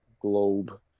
globe